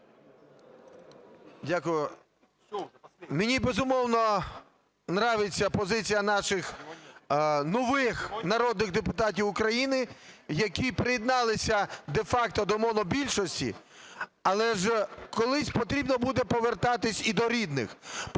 Дякую. Мені, безумовно, нравиться позиція наших нових народних депутатів України, які приєдналися де-факто до монобільшості, але ж колись потрібно буде повертатися і до рідних,